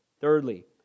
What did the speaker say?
Thirdly